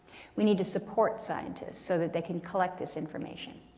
we need to support scientists so that they can collect this information.